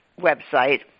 website